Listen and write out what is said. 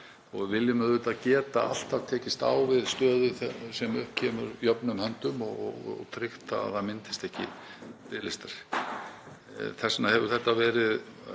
er. Við viljum auðvitað alltaf geta tekist á við þá stöðu sem upp kemur jöfnum höndum og tryggt að það myndist ekki biðlistar. Þess vegna hefur það verið